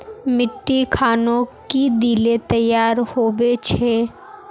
मिट्टी खानोक की दिले तैयार होबे छै?